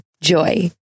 Joy